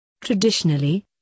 Traditionally